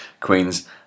Queens